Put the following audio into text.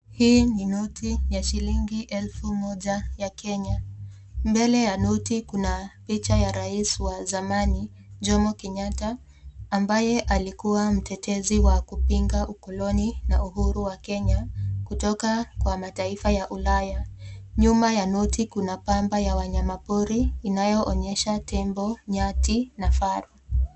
Hii ni noti ya shilingi elfu moja ya Kenya. Mbele ya noti, kuna picha ya rais wa zamani, Jomo Kenyatta ambaye alikua mtetezi wa kupinga ukoloni na uhuru wa Kenya kutoka kwa mataifa ya ulaya. Nyuma ya noti, kuna pamba ya wanyama pori inayoonyesha tembo, nyati na faru.